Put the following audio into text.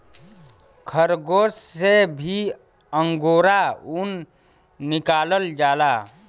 खरगोस से भी अंगोरा ऊन निकालल जाला